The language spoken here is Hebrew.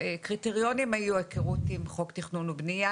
הקריטריונים היו היכרות עם חוק תכנון ובנייה,